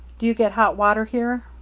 do you get hot water here?